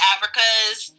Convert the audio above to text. Africa's